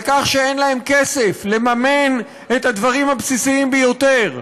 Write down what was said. על כך שאין להם כסף לממן את הדברים הבסיסיים ביותר: